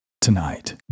tonight